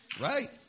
Right